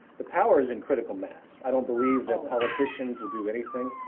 the power is in critical mass. i don't believe that politicians will do anything.